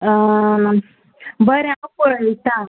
बरें हांव पळयतां